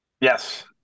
Yes